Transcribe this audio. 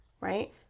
Right